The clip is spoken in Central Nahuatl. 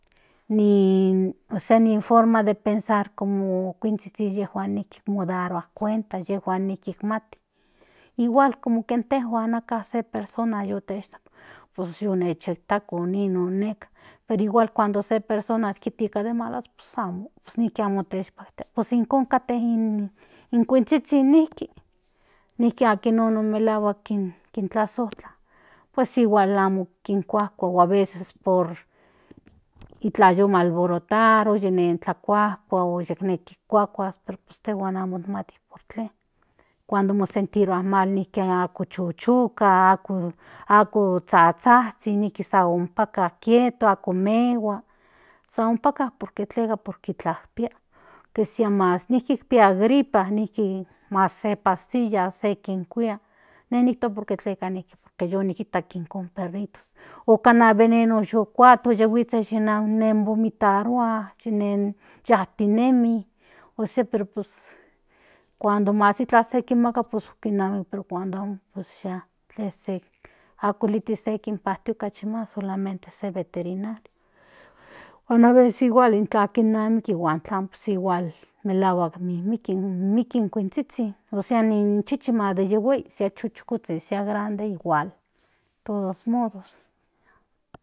Ni ósea ni forma de pensar como ni kuinzhizhin inyejuan mota modarua cuenta inyejuan nijki mati igual como intejuan huala se persona yionichontako yi nin o nen pero igual cuando se persona kijta ka de malas pues amo nijki amp tikpaktia pues ijkon kate in kuinzhizhi nijki nijk melahuak kintlazojtla pues igual amo kinkuajkua o aveces por itlan yo molborotaro nijki mojtlakuajkua o yupek neki tlakuajkua poe que intejan amo mati cuando mo sentirua mal nijki amo chochoka ako sazhazhi nijki san paka kieto ako mehua san omapa por que tleka itlan kipia que ósea nijki kipia gripa nijki ki mas se pastilla se kinkuia ne niktua por que yeeka yu nikijta ikon perritos o panua den oyokuajku yi huitsen kinen vomitarua kinen yajtinemi ósea cuando iklan se kinmaka pero pus kinamo pues kinamo ya ako se huilitis kinpajti okachi non solamente se veterinario huan aveces intla kin namiki intla kin amo pues igual mijmiki in kuinzhin mas de huei se chukozhizhi sea grande pues igual de todos modos.